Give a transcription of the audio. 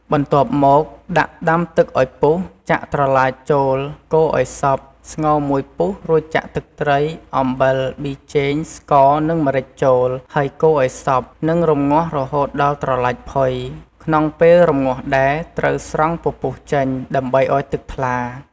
បន្ទាប់មកដាក់ដាំទឹកឱ្យពុះ ចាក់ត្រឡាចចូល កូរឱ្យសព្វ ស្ងោរមួយពុះ រួចចាក់ទឹកត្រី អំបិល ប៊ីចេង ស្ករ និងម្រេចចូល ហើយកូរឱ្យសព្វ និងរម្ងាស់រហូតដល់ត្រឡាចផុយ ក្នុងពេលរម្ងាស់ដែរ ត្រូវស្រង់ពពុះចេញ ដើម្បីឱ្យទឹកថ្លា។